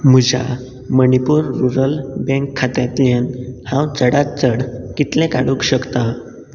म्हज्या Manipur rural bank खात्यांतल्यान हांव चडांत चड कितले काडूंक शकता